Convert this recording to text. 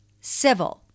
civil